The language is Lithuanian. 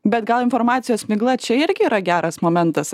bet gal informacijos migla čia irgi yra geras momentas